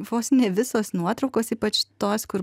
vos ne visos nuotraukos ypač tos kur